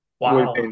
Wow